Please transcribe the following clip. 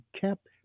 kept